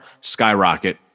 skyrocket